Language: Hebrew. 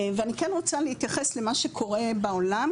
ואני כן רוצה להתייחס למה שקורה בעולם,